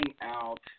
out